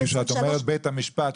כשאת אומרת בית המשפט,